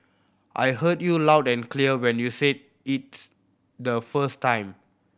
I heard you loud and clear when you said its the first time